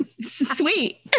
Sweet